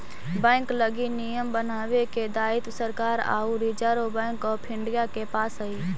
bank लगी नियम बनावे के दायित्व सरकार आउ रिजर्व बैंक ऑफ इंडिया के पास हइ